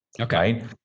Okay